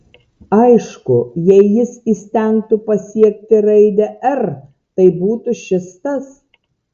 aišku jei jis įstengtų pasiekti raidę r tai būtų šis tas